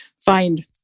find